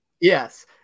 Yes